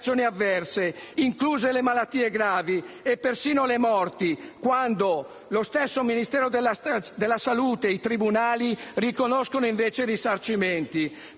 le reazioni avverse, incluse le malattie gravi e persino le morti, quando lo stesso Ministero della salute e i tribunali riconoscono invece i risarcimenti.